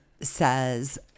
says